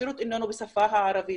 השירות אינו בשפה הערבית,